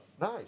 Nice